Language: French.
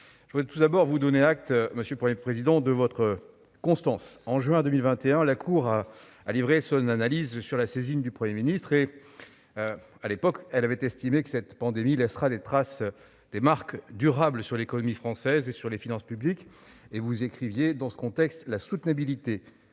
Je voudrais tout d'abord vous donner acte, monsieur le Premier président, de votre constance. En juin 2021, la Cour des comptes a livré son analyse sur la saisine du Premier ministre. À l'époque, elle avait estimé que cette pandémie laisserait des traces durables sur l'économie française et sur les finances publiques. Vous écriviez alors :« Dans ce contexte, la soutenabilité